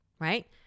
Right